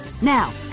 Now